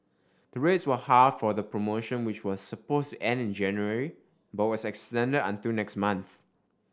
the rates were halved for the promotion which was supposed to end in January but was extended until next month